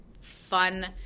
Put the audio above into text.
fun –